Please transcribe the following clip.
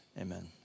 amen